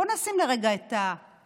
בוא נשים לרגע את השחורים,